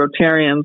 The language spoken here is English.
rotarians